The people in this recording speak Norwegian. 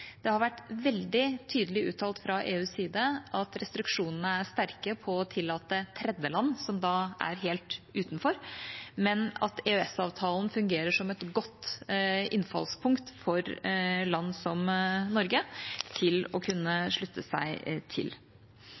Det har vært veldig tydelig uttalt fra EUs side at restriksjonene er sterke på å tillate tredjeland, som da er helt utenfor, men at EØS-avtalen fungerer som et godt innfallspunkt for land som Norge for å kunne slutte seg til.